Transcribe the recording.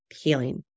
healing